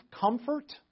Comfort